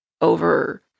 over